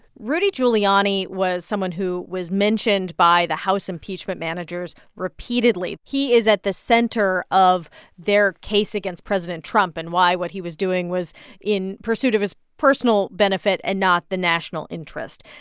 rudy giuliani was someone who was mentioned by the house impeachment managers repeatedly. he is at the center of their case against president trump and why what he was doing was in pursuit of his personal benefit and not the national interest.